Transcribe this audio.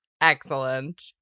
Excellent